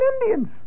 Indians